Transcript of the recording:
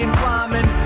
climbing